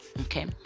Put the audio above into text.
Okay